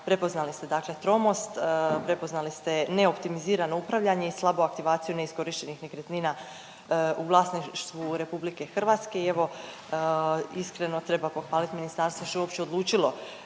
prepoznali ste dakle tromost, prepoznali ste ne optimizirano upravljanje i slabu aktivaciju neiskorištenih nekretnina u vlasništvu RH. I evo iskreno treba pohvaliti ministarstvo što je uopće odlučilo